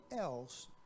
else